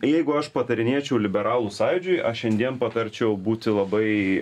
jeigu aš patarinėčiau liberalų sąjūdžiui aš šiandien patarčiau būti labai